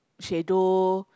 shadow